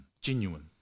genuine